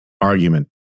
argument